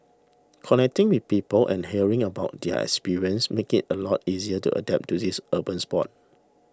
connecting with people and hearing about their experience makes it a lot easier to adapt to this urban sport